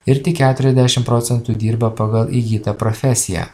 ir tik keturiasdešim procentų dirba pagal įgytą profesiją